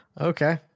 Okay